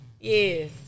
Yes